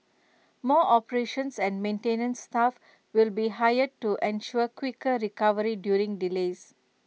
more operations and maintenance staff will be hired to ensure quicker recovery during delays